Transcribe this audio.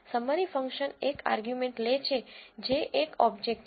summary function એક argument લે છે જે એક ઓબ્જેક્ટ છે